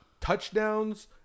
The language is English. Touchdowns